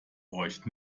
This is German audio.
euch